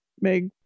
meg